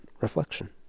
reflection